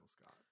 Scott